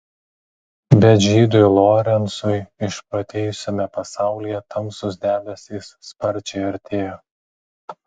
bet žydui lorencui išprotėjusiame pasaulyje tamsūs debesys sparčiai artėjo